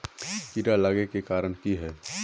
कीड़ा लागे के कारण की हाँ?